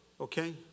Okay